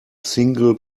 single